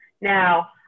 Now